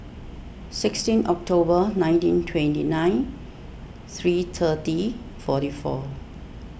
sixteen October nineteen twenty nine three thirty forty four